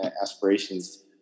aspirations